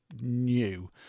new